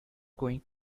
going